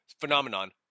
phenomenon